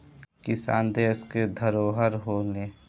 किसान देस के धरोहर होलें